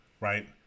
right